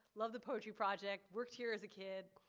love the poetry project worked here as a kid